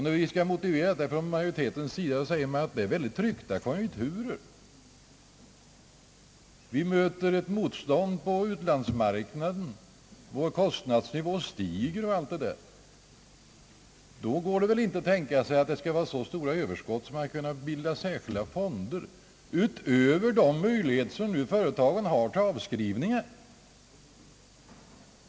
När det skall motiveras från majoritetens sida säger man att det är väldigt tryckta konjunkturer. Vi möter motstånd på utlandsmarknaden, vår kostnadsnivå stiger, osv. Då kan man väl inte tänka sig att det just nu hos företagen kan finnas så stora överskott att de kan bilda särskilda fonder utöver de möjligheter företagen redan nu har till avskrivningar.